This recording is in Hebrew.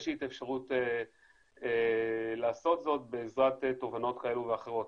יש לי את האפשרות לעשות זאת בעזרת תובנות כאלה ואחרות.